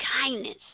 kindness